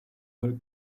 her